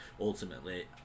ultimately